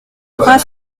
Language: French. trois